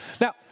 Now